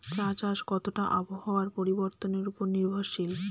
চা চাষ কতটা আবহাওয়ার পরিবর্তন উপর নির্ভরশীল?